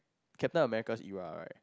Captain-American's era right